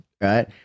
Right